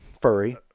furry